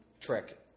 trick